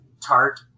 tart